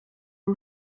yng